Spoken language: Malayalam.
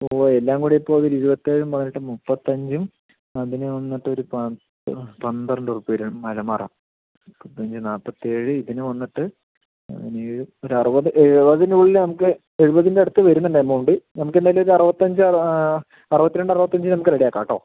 ഓ എല്ലാം കൂടെ ഇപ്പോൾ ഒര് ഇപ്പം ഇരുപത്തേഴും പതിനെട്ടും മുപ്പത്തഞ്ചും അതിന് വന്നിട്ട് ഒര് പത്ത് പന്ത്രണ്ട് രൂപ വരും അലമാര അത് കഴിഞ്ഞ് നാപ്പത്തേഴ് ഇതിന് വന്നിട്ട് ഇത് ഒര് അറുപത് എഴുപതിൻറ്റുള്ളില് നമുക്ക് എഴുപതിൻ്റ അടുത്ത് വരുന്നുണ്ട് എമൗണ്ട് നമുക്ക് എന്തായാലും ഒര് അറുപത്തഞ്ച് ആ അറുപത്തി രണ്ട് അറുപത്തഞ്ച് നമുക്ക് റെഡി ആക്കാം കെട്ടോ